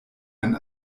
ein